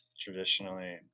traditionally